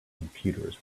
computers